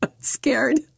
Scared